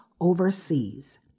overseas